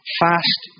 fast